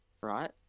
right